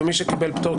ומי שקיבל פטור,